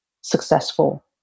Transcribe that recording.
successful